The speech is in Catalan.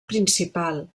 principal